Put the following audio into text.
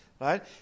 right